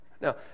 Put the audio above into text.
Now